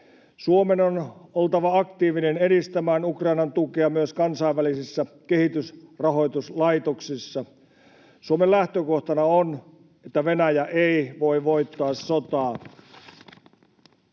Suomen on oltava aktiivinen edistämään Ukrainan tukea myös kansainvälisissä kehitysrahoituslaitoksissa. Suomen lähtökohtana on, että Venäjä ei voi voittaa sotaa.